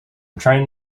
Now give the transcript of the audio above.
trying